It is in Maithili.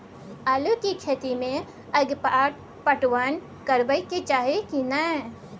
आलू के खेती में अगपाट पटवन करबैक चाही की नय?